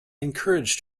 encouraged